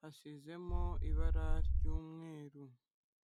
hasizemo ibara ry'umweru.